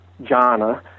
jhana